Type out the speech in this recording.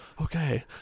Okay